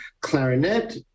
clarinet